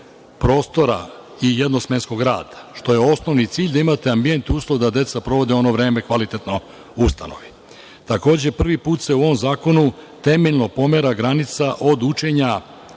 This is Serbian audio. i jednosmenskog rada, što je osnovni cilj, da imate ambijent i uslov da deca provode vreme kvalitetno u ustanovi. Takođe, prvi put se u ovom zakonu, temeljno pomera granica od učenja